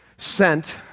sent